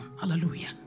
Hallelujah